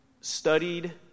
studied